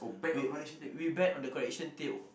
we we bet on the correction tape